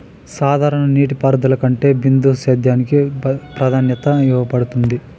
సాధారణ నీటిపారుదల కంటే బిందు సేద్యానికి ప్రాధాన్యత ఇవ్వబడుతుంది